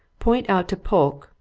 point out to polke,